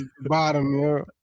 bottom